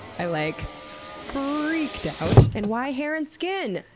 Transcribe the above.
i like freaked out. and why hair and skin?